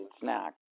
snack